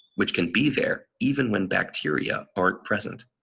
which can be there even when bacteria aren't present.